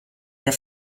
der